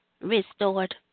restored